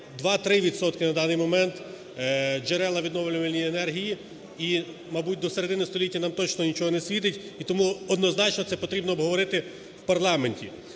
на даний момент джерел відновлювальної енергії і, мабуть, до середини століття нам точно нічого не світить, і тому однозначно це потрібно обговорити в парламенті.